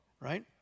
Right